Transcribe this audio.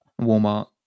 Walmart